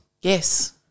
Yes